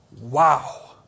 Wow